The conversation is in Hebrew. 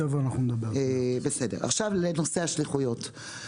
לנושא השליחויות.